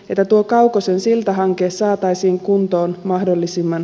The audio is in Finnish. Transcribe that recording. mitä tuo kaukosen siltahanke saataisiin kuntoon mahdollisimman